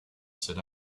sit